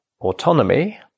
autonomy